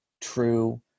true